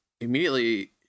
immediately